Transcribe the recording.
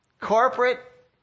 Corporate